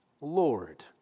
Lord